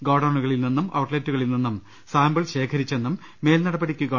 ഗോഡൌണുകളിൽ നിന്നും ഔട്ട്ലെറ്റുകളിൽ നിന്നും സാമ്പിൾ ശേഖരിച്ചെന്നും മേൽ നടപടിക്ക് ഗവ